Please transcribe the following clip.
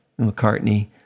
McCartney